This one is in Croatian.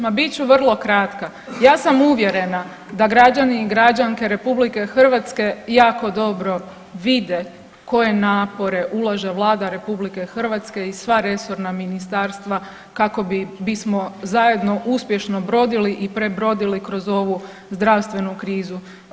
Ma bit ću vrlo kratka, ja sam uvjerena da građani i građanke RH jako dobro vide koje napore ulaže Vlada RH i sva resorna ministarstva kako bismo zajedno uspješno brodili i prebrodili kroz ovu zdravstvenu krizu.